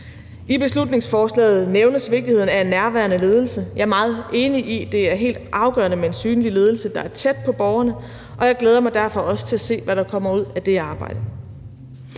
I beslutningsforslaget nævnes vigtigheden af en nærværende ledelse. Jeg er meget enig i, at det er helt afgørende med en synlig ledelse, der er tæt på borgerne, og jeg glæder mig derfor også til at se, hvad der kommer ud af det arbejde.